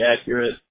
accurate